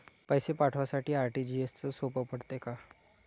पैसे पाठवासाठी आर.टी.जी.एसचं सोप पडते का?